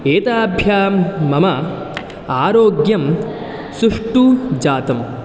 एताभ्यां मम आरोग्यं सुष्टु जातम्